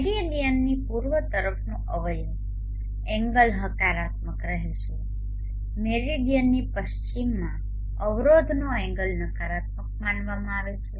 મેરિડીયનની પૂર્વ તરફનો અવયવ એંગલ હકારાત્મક રહેશે મેરિડીયનની પશ્ચિમમાં અવરોધનો એંગલ નકારાત્મક માનવામાં આવે છે